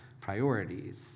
priorities